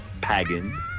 Pagan